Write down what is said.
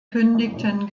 kündigten